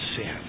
sin